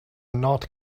not